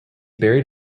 buried